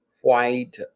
white